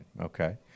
Okay